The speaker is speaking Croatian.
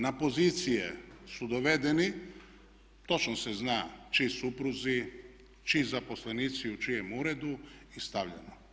Na pozicije su dovedeni, točno se zna čiji supruzi, čiji zaposlenici u čijem uredu i stavljeno.